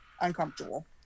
uncomfortable